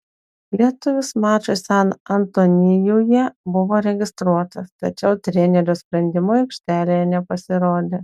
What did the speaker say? lietuvis mačui san antonijuje buvo registruotas tačiau trenerio sprendimu aikštelėje nepasirodė